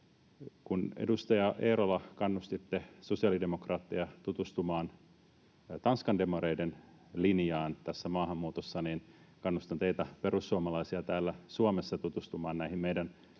edustaja Eerola, kannustitte sosiaalidemokraatteja tutustumaan Tanskan demareiden linjaan tässä maahanmuutossa, niin kannustan teitä perussuomalaisia täällä Suomessa tutustumaan näihin meidän